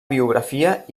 biografia